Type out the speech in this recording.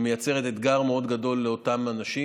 מייצרת אתגר מאוד גדול לאותם אנשים.